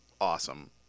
awesome